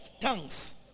tongues